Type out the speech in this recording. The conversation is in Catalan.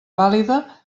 vàlida